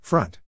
Front